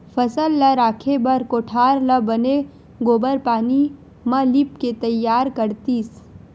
फसल ल राखे बर कोठार ल बने गोबार पानी म लिपके तइयार करतिस